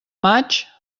maig